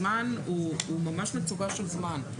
הזמן הוא ממש מצובה של זמן.